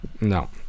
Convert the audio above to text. No